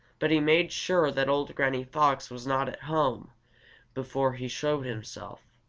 but he made sure that old granny fox was not at home before he showed himself.